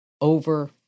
over